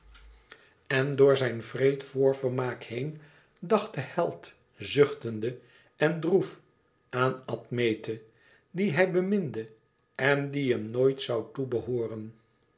en door zijn wreed voorvermaak heen dacht de held zuchtende en droef aan admete die hij beminde en die hem nooit zoû toe